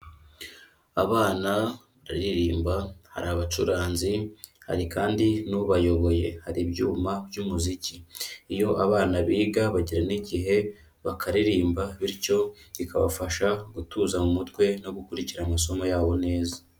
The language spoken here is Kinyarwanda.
Abana bararirimba hari abacuranzi hari kandi n'ubayoboye hari ibyuma by'umuziki, iyo abana biga bagira n'igihe bakaririmba bityo bikabafasha gutuza mu mutwe, no gukurikira amasomo yabo neza.